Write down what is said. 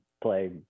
play